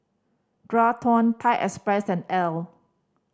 Thai Express Elle